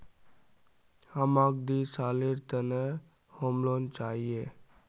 हमाक दी सालेर त न होम लोन चाहिए